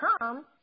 come